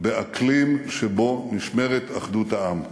באקלים שבו נשמרת אחדות העם.